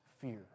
fear